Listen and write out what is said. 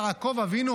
מעתה יעקב אבינו,